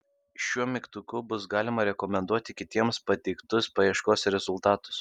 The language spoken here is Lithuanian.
šiuo mygtuku bus galima rekomenduoti kitiems pateiktus paieškos rezultatus